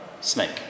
Snake